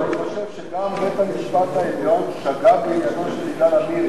ואני חושב שגם בית-המשפט העליון שגה בעניינו של יגאל עמיר.